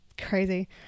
Crazy